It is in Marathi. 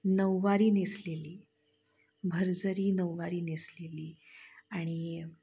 नऊवारी नेसलेली भरजरी नऊवारी नेसलेली आणि